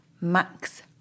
Max